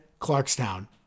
Clarkstown